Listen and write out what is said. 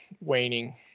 waning